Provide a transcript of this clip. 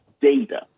data